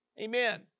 amen